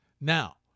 Now